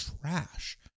trash